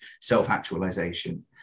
self-actualization